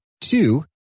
two